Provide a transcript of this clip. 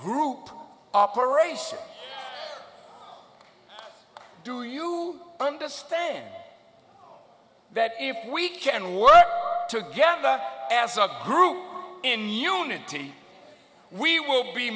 group operation do you understand that if we can work together as a group in unity we will be